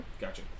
Gotcha